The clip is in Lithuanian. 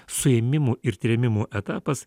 suėmimų ir trėmimų etapas